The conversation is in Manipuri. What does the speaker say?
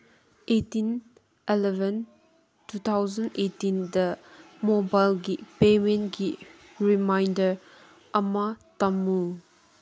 ꯑꯩꯠꯇꯤꯟ ꯑꯦꯂꯚꯦꯟ ꯇꯨ ꯊꯥꯎꯖꯟ ꯑꯦꯠꯇꯤꯟꯗ ꯃꯣꯕꯥꯏꯜꯒꯤ ꯄꯦꯃꯦꯟꯒꯤ ꯔꯤꯃꯥꯏꯟꯗꯔ ꯑꯃ ꯊꯝꯃꯨ